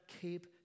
keep